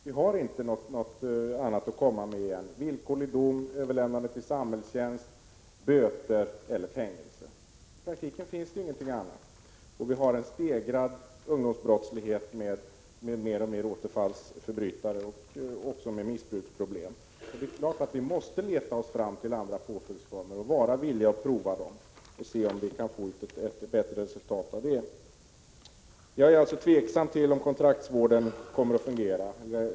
Vi har inte något annat att komma med än villkorlig dom, överlämnande till samhällstjänst, böter eller fängelse. I praktiken finns det ingenting annat. Och vi har en stegrad ungdomsbrottslighet med fler och fler återfallsförbrytare som även har missbruksproblem. Det är klart att vi måste leta oss fram till andra påföljdsformer och vara villiga att pröva dem för att se om vi kan få bättre resultat. Jag är alltså tveksam till om kontraktsvården kommer att fungera.